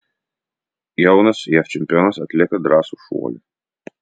jaunas jav čempionas atlieka drąsų šuolį